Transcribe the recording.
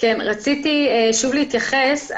רציתי שוב להתייחס.